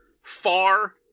far